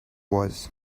was